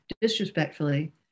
disrespectfully